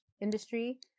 industry